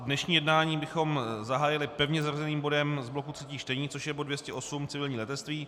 Dnešní jednání bychom zahájili pevně zařazeným bodem z bloku třetích čtení, což je bod 208 civilní letectví.